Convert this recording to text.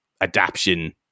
adaption